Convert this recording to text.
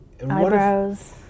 Eyebrows